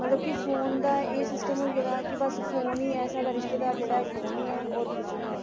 मतलब कि फोन दा एह् सिस्टम होई गेदा कि बस फोन ही ऐ साढ़ा रिश्तेदार जेह्ड़ा फोन ही ऐ होर कुछ निं ऐ